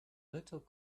little